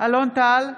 אלון טל,